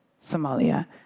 Somalia